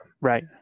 right